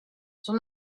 son